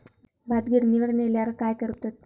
भात गिर्निवर नेल्यार काय करतत?